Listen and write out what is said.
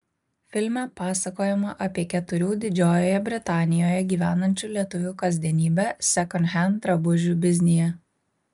filme pasakojama apie keturių didžiojoje britanijoje gyvenančių lietuvių kasdienybę sekondhend drabužių biznyje